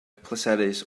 pleserus